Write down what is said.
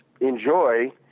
enjoy